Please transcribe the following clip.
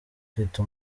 kwita